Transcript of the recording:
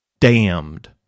damned